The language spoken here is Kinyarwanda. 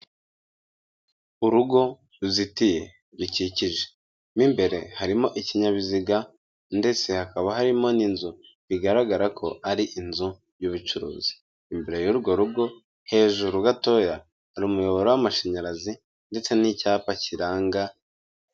Urugo ruzitiye rukikije, mo imbere harimo ikinyabiziga ndetse hakaba harimo n'inzu bigaragara ko ari inzu y'ubucuruzi, imbere y'urwo rugo hejuru gatoya hari umuyoboro w'amashanyarazi ndetse n'icyapa kiranga.